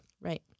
Right